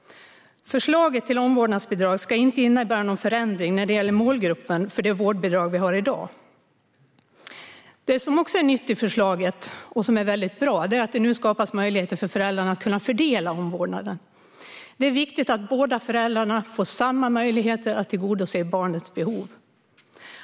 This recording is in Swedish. Förslaget till omvårdnadsbidrag ska inte innebära någon förändring när det gäller målgruppen för det vårdbidrag vi har i dag. Det som också är nytt i förslaget och som är väldigt bra är att det nu skapas möjligheter för föräldrarna att fördela omvårdnaden. Det är viktigt att båda föräldrarna får samma möjligheter att tillgodose barnets behov.